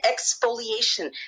exfoliation